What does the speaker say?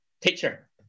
teacher